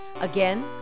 Again